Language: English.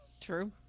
true